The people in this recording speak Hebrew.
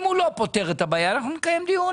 אם הוא לא פותר את הבעיה אנחנו נקיים דיון,